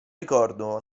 ricordo